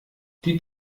die